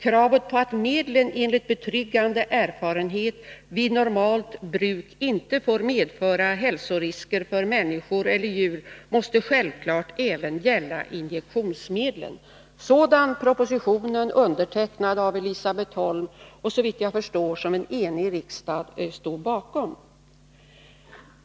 Kravet på att medlen enligt betryggande erfarenhet vid normalt bruk inte får medföra hälsorisker för människor eller djur måste självklart gälla även injektionsmedlen.” Så långt propositionen, som undertecknats av Elisabet Holm och som, såvitt jag förstår, en enig riksdag stod bakom.